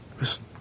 Listen